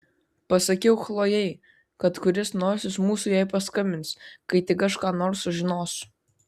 pasakiau chlojei kad kuris nors iš mūsų jai paskambins kai tik aš ką nors sužinosiu